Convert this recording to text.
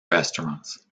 restaurants